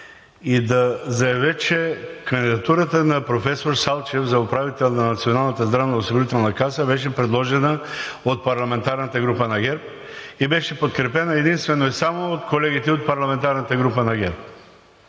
и да заявя, че кандидатурата на професор Салчев за управител на Националната здравноосигурителна каса беше предложена от парламентарната група на ГЕРБ и беше подкрепена единствено и само от колегите от парламентарната група на ГЕРБ.